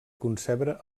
concebre